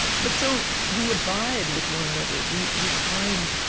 but so we abide with one another we we find,